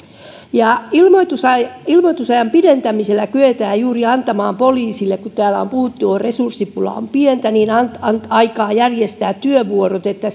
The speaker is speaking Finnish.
ilmoitusajan ilmoitusajan pidentämisellä kyetään juuri antamaan poliisille täällä on puhuttu että on pientä resurssipulaa aikaa järjestää työvuorot että